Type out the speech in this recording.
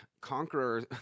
conqueror